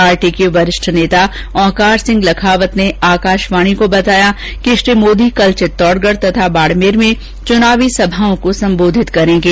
party के वरिष्ठ नेता ओंकार सिंह लखावत ने आकाशवाणी को बताया कि श्री मोदी कल चित्तौड़गढ़ तथा बाड़मेर में चुनावी सभाओं को संबोधित करेंगे